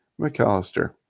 McAllister